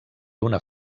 una